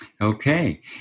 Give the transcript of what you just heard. Okay